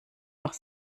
noch